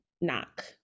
knock